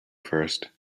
first